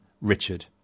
Richard